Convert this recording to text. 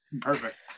perfect